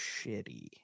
shitty